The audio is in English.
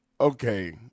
okay